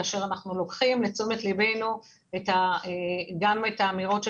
כאשר אנחנו לוקחים לתשומת ליבנו גם את האמירות של